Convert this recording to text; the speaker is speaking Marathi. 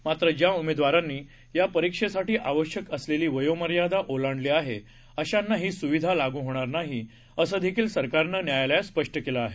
मात्रज्याउमेदवारांनीयापरीक्षेसाठीआवश्यकअसलेलीवयोमार्यादाओलांडलीआहे अशांनाहीसुविधालागूहोणारनाही असेदेखीलसरकारनंन्यायालयातस्पष्टंकेलंआहे